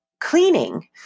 cleaning